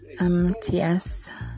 MTS